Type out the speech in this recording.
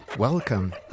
Welcome